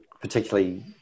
particularly